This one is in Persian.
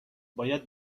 باید